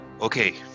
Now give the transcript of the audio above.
okay